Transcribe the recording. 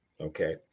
okay